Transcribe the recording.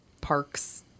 park's